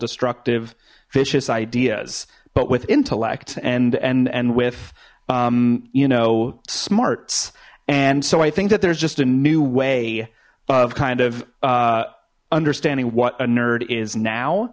destructive vicious ideas but with intellect and and and with you know smarts and so i think that there's just a new way of kind of understanding what a nerd is now